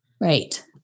right